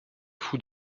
fous